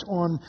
on